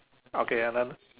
okay another